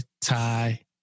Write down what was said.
tie